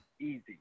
Easy